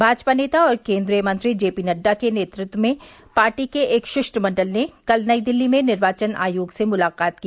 भाजपा नेता और केन्द्रीय मंत्री जेपी नड्डा के नेतृत्व में पार्टी के एक शिष्टमंडल ने कल नई दिल्ली में निर्वाचन आयोग से मुलाकात की